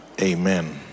Amen